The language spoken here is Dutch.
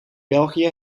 belgië